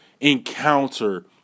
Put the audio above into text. encounter